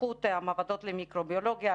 לזכות המעבדות למיקרוביולוגיה,